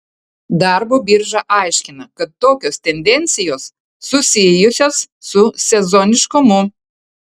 darbo birža aiškina kad tokios tendencijos susijusios su sezoniškumu